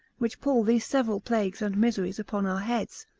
which pull these several plagues and miseries upon our heads.